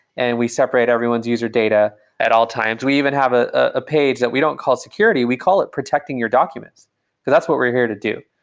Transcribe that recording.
and we separate everyone's user data at all times. we even have a ah page that we don't call security. we call it protecting your documents, because that's what we're here to do.